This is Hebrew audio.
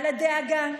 על הדאגה,